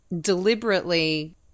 deliberately